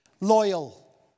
Loyal